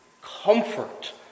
comfort